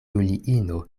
juliino